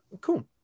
cool